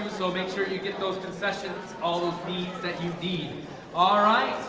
so make sure you get those concessions all those beads that you need all right.